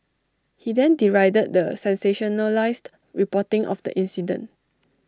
he then derided the sensationalised reporting of the incident